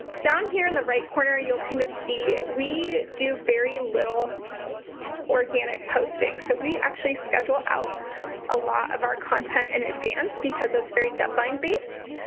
down here in the right corner, you'll kind of see we do very little organic posting, so we actually schedule out a lot of our content in and advance because it's very deadline based.